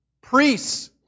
Priests